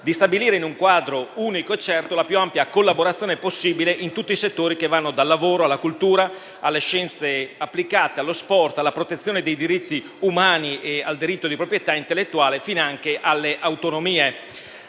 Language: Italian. di stabilire, in un quadro unico e certo, la più ampia collaborazione possibile in tutti i settori che vanno dal lavoro alla cultura, alle scienze applicate, allo sport, alla protezione dei diritti umani, al diritto di proprietà intellettuale, finanche alle autonomie.